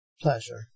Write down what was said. pleasure